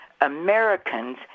Americans